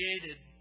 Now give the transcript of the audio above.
created